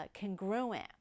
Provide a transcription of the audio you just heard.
congruent